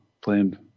playing